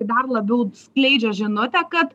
dar labiau skleidžia žinutę kad